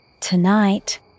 Tonight